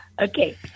Okay